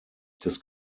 des